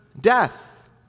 death